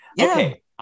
okay